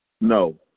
No